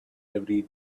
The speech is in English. every